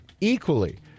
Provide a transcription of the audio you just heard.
equally